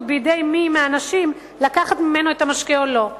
בידי מי מהאנשים לקחת להם את המשקה או לא.